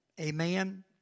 amen